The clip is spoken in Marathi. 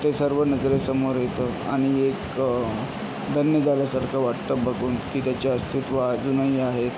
तर ते सर्व नजरेसमोर येतं आणि एक धन्य झाल्यासारखं वाटतं बघून की त्याच्या अस्तित्व अजूनही आहे